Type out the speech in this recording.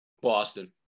Boston